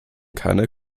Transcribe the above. keiner